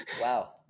Wow